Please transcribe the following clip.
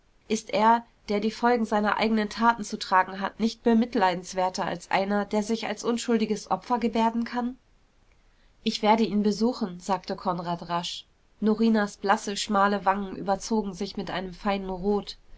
ist er der die folgen seiner eigenen taten zu tragen hat nicht bemitleidenswerter als einer der sich als unschuldiges opfer gebärden kann ich werde ihn besuchen sagte konrad rasch norinas blasse schmale wangen überzogen sich mit einem feinen rot